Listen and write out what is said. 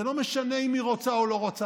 זה לא משנה אם היא רוצה או לא רוצה,